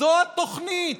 זו התוכנית.